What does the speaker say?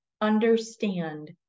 understand